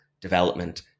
development